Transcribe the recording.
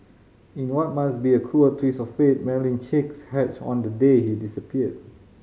in what must be a cruel twist of fate Marilyn chicks hatched on the day he disappeared